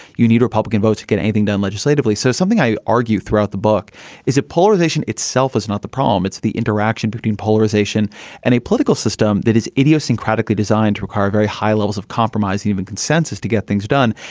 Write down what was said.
you need republican votes to get anything done legislatively. so something i argue throughout the book is a polarization itself is not the problem. it's the interaction between polarization and a political system that is idiosyncratic, designed to require very high levels of compromise, even consensus to get things done.